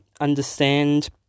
understand